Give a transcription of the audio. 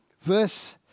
verse